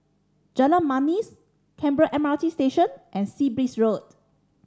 Jalan Manis Canberra M R T Station and Sea Breeze Road